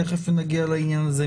תכף נגיע לעניין הזה.